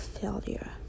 failure